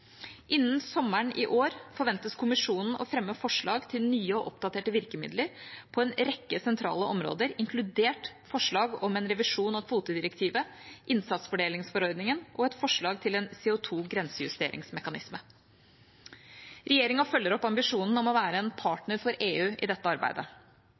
Innen sommeren i år forventes Kommisjonen å fremme forslag til nye og oppdaterte virkemidler på en rekke sentrale områder, inkludert forslag om en revisjon av kvotedirektivet, innsatsfordelingsforordningen og et forslag til en CO 2 -grensejusteringsmekanisme. Regjeringa følger opp ambisjonen om å være en partner for EU i dette arbeidet.